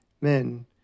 Men